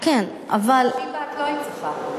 כן, אבל, שיבא, את לא היית צריכה.